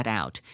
out